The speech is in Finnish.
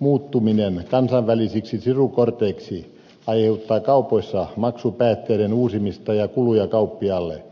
muuttuminen kansainvälisiksi sirukorteiksi aiheuttaa kaupoissa maksupäätteiden uusimista ja kuluja kauppiaille